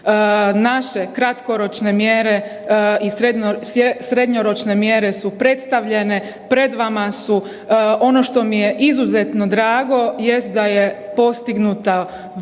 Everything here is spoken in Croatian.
Naše kratkoročne mjere i srednjoročne mjere su predstavljene, pred vama su. Ono što mi je izuzetno drago jest da je postignuta vrlo